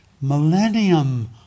millennium